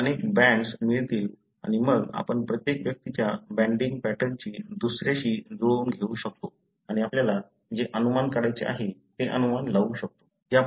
आपल्याला अनेक बँड्स मिळतील आणि मग आपण प्रत्येक व्यक्तीच्या बँडिंग पॅटर्नची दुसऱ्याशी जुळवून घेऊ शकतो आणि आपल्याला जे अनुमान काढायचे आहे ते अनुमान लावू शकतो